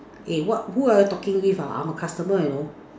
eh what who are you all talking with ah I'm a customer you know